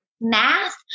Math